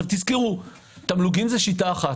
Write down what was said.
תזכרו - תמלוגים זו שיטה אחת.